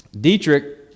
Dietrich